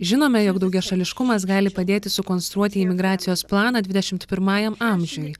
žinome jog daugiašališkumas gali padėti sukonstruoti imigracijos planą dvidešimt pirmajam amžiuje